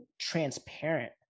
transparent